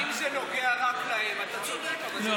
אם זה נוגע רק להם, אתה צודק, אבל זה לא נוגע להם.